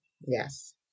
Yes